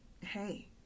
hey